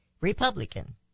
Republican